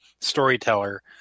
storyteller